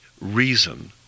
reason